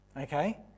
Okay